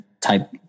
type